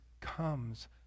comes